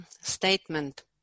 statement